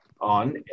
on